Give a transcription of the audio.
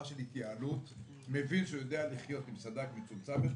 של התייעלות מבין שהוא יודע לחיות עם סד"כ מצומצם יותר.